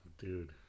dude